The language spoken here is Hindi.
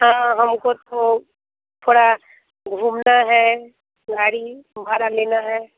हाँ हमको तो थोड़ा घूमना है गाड़ी तुम्हारी लेना है